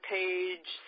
page